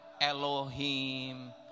Elohim